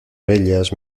bellas